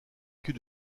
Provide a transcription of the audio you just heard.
cul